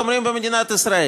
אומרים: במדינת ישראל.